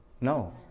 No